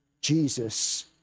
Jesus